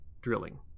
drilling